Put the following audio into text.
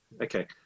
Okay